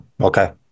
Okay